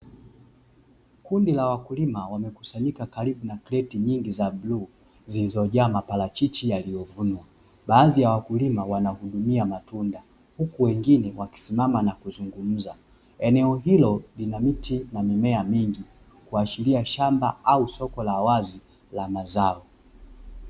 Kundi la wakulima wamekusanyika karibu na kreti nyingi za bluu zilizojaa maparachichi yaliyofunwa. Baadhi ya wakulima wanahudumia matunda huku wengine wakisimama na kuzungumza, eneo hilo linamiti na mimea mingi kuashiria shamba au soko la wazi la mazao